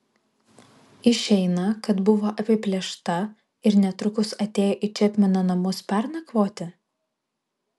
išeina kad buvo apiplėšta ir netrukus atėjo į čepmeno namus pernakvoti